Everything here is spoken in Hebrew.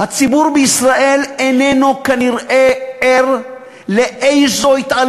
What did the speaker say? הציבור בישראל כנראה איננו ער להתעללות.